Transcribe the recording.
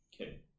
okay